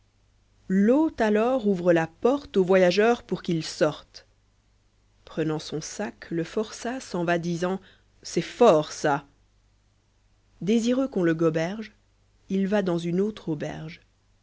l'hôte alors ouvre la porte au voyageur pour qu'il sorte prenant son sac le forçat s'en va disant c'est fort ça désireux qu'on le goberge il va dans une autre auberge